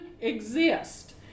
exist